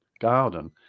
garden